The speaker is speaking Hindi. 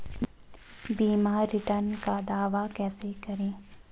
बीमा रिटर्न का दावा कैसे करें?